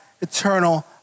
eternal